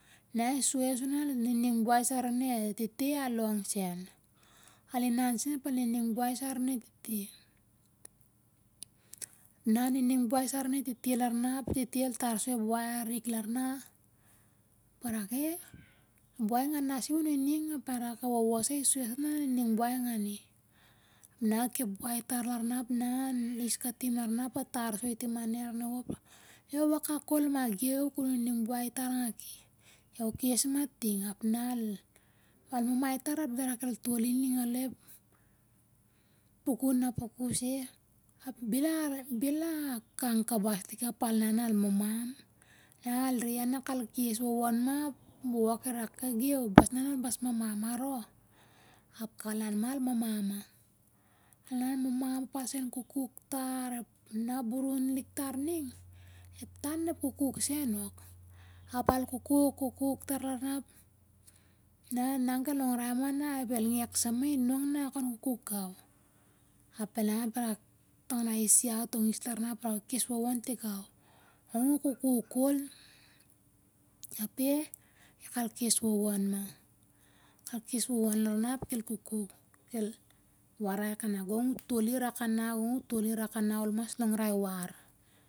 Na el soi iau sur al nining buai sai arin e tete al long sen. Al inan sen ap al nining buai sai arin e tete. Na al nining buai sai arine tete lar na, ap e tete el tar soi a buai arik lar na ap el rak, "eh, a buai nganas i u nining?" Ap a rak, "e wowo sa i soi iau sur al nining buai ngan i". Na kep pas a buai na is katun ane uo tar soi lar na ap e wowo el rak, "yo, iwakaak ko'l ma geu, ku nining buai tar ngaki." E wu, kes ma ting, ap na al mamai tar, ap dara kel to'l i alo ning ep pukun napukuse. Ap bel a kang kabas lik i ap al inan al mamam. Na el re iau na kal kes wowon ma ap e wowo kel rak, "geu bas nan ol bas mamam, aro?" Ap kal an ma al mamam ma- na al mamam ap al so'n kukuk tar. Na burun lik tar ning, ep tanep kukuk tar. Na burun lik tar ning, ep tan ep kukuk sen ok. Ap al kukuk, kukuk tar lar na ap na e nang kel longrai ia ma na el ngek su ma i nong, na wok kon kukuk gau. Ap el an ap el tangnai is ia tong ia lar na. Ol kes wowon tingau, gong u kukuk ko'l. Ape ia kal kes wowon ma. Al kes wowon lar na ap kel warai lar na "gong u to'l i rak ana to'l i rak ana, ol mas longrai war".